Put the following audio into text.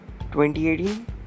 2018